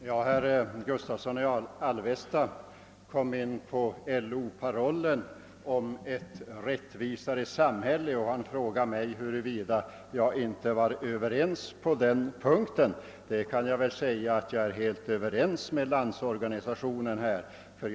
Herr talman! Herr Gustavsson i Alvesta kom in på LO-parollen om ett rättvisare samhälle, och han frågade mig hur jag ställde mig till den. Jag kan svara honom att jag är helt överens med Landsorganisationen i det fallet.